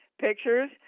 pictures